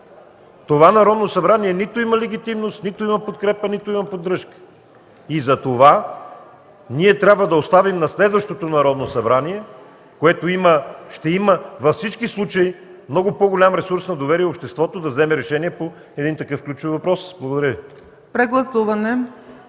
събрание нито има легитимност, нито има подкрепа, нито има поддръжка! Ето затова трябва да оставим на следващото Народно събрание, което във всички случаи ще има много по-голям ресурс на доверие и обществото да вземе решение по такъв ключов въпрос. Благодаря Ви.